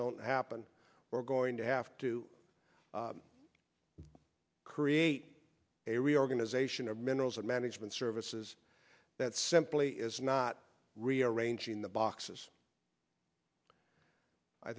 don't happen we're going to have to create a reorganization of minerals management services that simply is not rearranging the boxes i